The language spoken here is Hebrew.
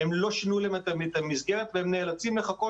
לא שינו להם את המסגרת והם נאלצים לחכות